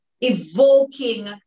evoking